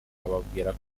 ababwira